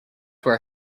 where